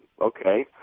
okay